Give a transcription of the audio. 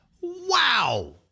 Wow